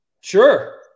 Sure